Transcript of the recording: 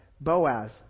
Boaz